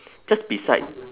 just beside